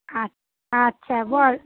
আ আচ্ছা বল